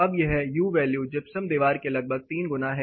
अब यह U value gypsum दीवार के लगभग तीन गुना है